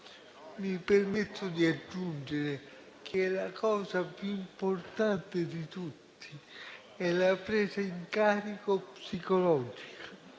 Mi permetto di aggiungere che la cosa più importante di tutte è la presa in carico psicologica,